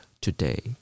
today